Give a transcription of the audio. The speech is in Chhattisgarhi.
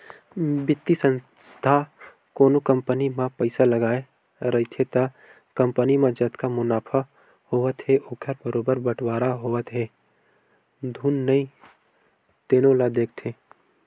बित्तीय संस्था कोनो कंपनी म पइसा लगाए रहिथे त कंपनी म जतका मुनाफा होवत हे ओखर बरोबर बटवारा होवत हे धुन नइ तेनो ल देखथे